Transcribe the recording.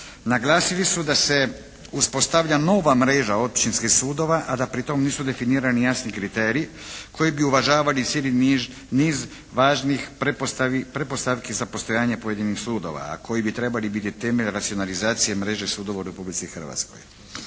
Naglasili su da se uspostavlja nova mreža općinskih sudova, a da pri tome nisu definirani jasni kriteriji koji bi uvažavali cijeli niz važnih pretpostavki za postojanje pojedinih sudova, a koji bi trebali biti temeljem racionalizacije mreže sudova u Republici Hrvatskoj.